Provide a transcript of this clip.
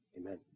amen